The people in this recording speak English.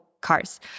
cars